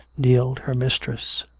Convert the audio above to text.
kneeled her mistress.